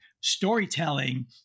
storytelling